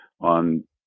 on